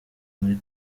muri